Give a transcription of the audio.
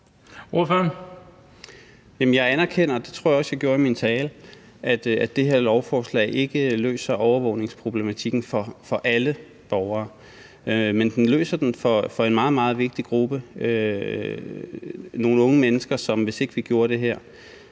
i min tale – at det her lovforslag ikke løser overvågningsproblematikken for alle borgere, men det løser den for en meget, meget vigtig gruppe, nemlig nogle unge mennesker, som, hvis ikke vi gjorde det her,